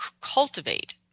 cultivate